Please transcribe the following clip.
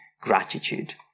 gratitude